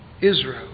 Israel